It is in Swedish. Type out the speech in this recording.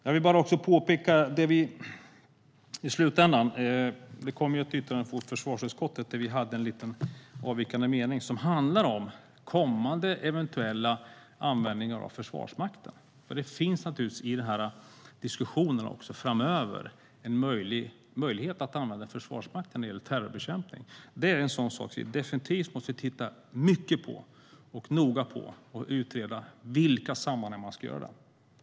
Jag vill också påpeka att det kom ett yttrande från försvarsutskottet. Vi hade en avvikande mening som handlar om kommande eventuell användning av Försvarsmakten. Framöver finns det naturligtvis en möjlighet att använda Försvarsmakten för terrorbekämpning. Den frågan måste vi titta mycket noga på för att utreda i vilka sammanhang som man kan göra det.